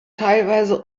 teilweise